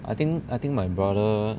I think I think my brother